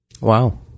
Wow